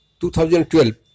2012